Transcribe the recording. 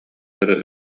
кытары